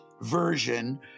Version